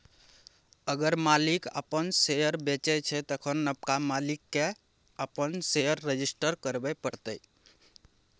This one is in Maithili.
अगर मालिक अपन शेयर बेचै छै तखन नबका मालिक केँ अपन शेयर रजिस्टर करबे परतै